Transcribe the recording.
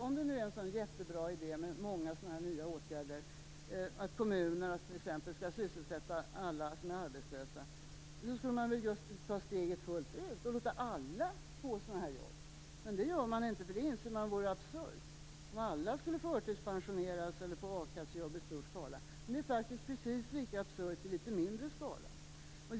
Om det är en så jättebra idé med många nya åtgärder, t.ex. att kommunerna skall sysselsätta alla arbetslösa, borde man väl ta steget fullt ut och låta alla få sådana jobb. Men det gör man inte, eftersom man inser att det vore absurt om alla skulle förtidspensioneras eller få a-kassejobb i stor skala. Men det är faktiskt precis lika absurt i litet mindre skala.